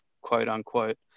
quote-unquote